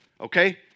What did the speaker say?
Okay